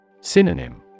Synonym